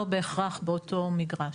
לא בהכרח באותו מגרש.